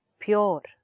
pure